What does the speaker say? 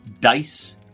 dice